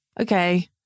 Okay